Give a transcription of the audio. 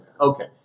okay